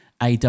AW